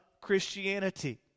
Christianity